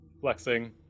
Flexing